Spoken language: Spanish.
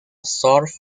surf